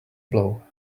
blow